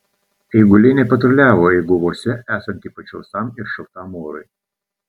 eiguliai nepatruliavo eiguvose esant ypač sausam ir šiltam orui